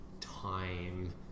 time